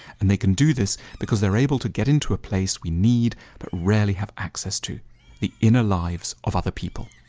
and they can do this because they are able to get into a place we need but rarely have access to the inner lives of other people.